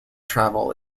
travel